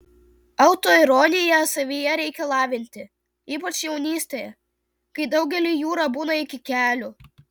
autoironiją savyje reikia lavinti ypač jaunystėje kai daugeliui jūra būna iki kelių